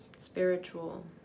spiritual